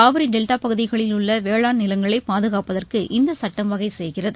Kaveri delta பகுதிகளில் உள்ள வேளாண் நிலங்களை பாதுகாப்பதற்கு இந்த சுட்டம் வகை செய்கிறது